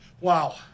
wow